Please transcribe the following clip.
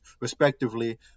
respectively